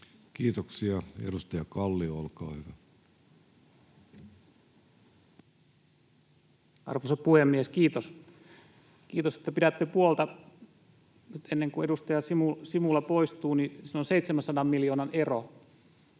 Kiitoksia. — Edustaja Kallio, olkaa hyvä. Arvoisa puhemies! Kiitos, että pidätte puolta. Nyt ennen kuin edustaja Simula poistuu: siinä on 700 miljoonan ero